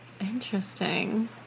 Interesting